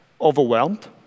overwhelmed